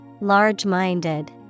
Large-minded